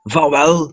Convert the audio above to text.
Vaarwel